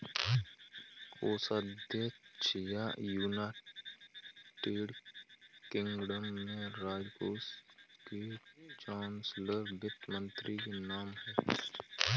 कोषाध्यक्ष या, United Kingdom में, राजकोष के चांसलर वित्त मंत्री के नाम है